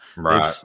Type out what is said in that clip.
Right